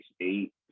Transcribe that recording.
eight